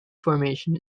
formation